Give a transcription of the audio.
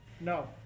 No